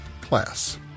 class